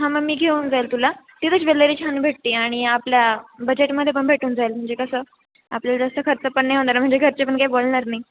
हां मग मी घेऊन जाईल तुला तिथं ज्वेलरी छान भेटते आणि आपल्या बजेटमध्ये पण भेटून जाईल म्हणजे कसं आपल्याला जास्त खर्च पण नाही होणार म्हणजे घरचे पण काय बोलणार नाही